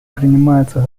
принимаются